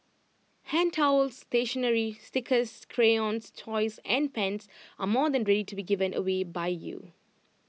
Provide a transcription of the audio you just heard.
hand towels stationery stickers crayons toys and pens are more than ready to be given away by you